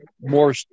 more